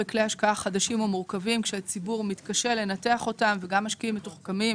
דשים ומורכבים כשהציבור מתקשה לנתח אותם וגם משקיעים מתוחכמים